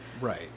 right